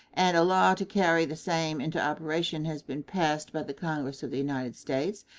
and a law to carry the same into operation has been passed by the congress of the united states,